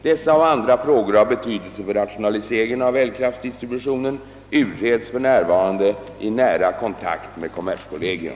Dessa och andra frågor av betydelse för rationaliseringen av elkraftdistributionen utreds för närvarande i nära kontakt med kommerskollegium.